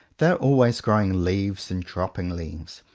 they are always growing leaves and dropping leaves,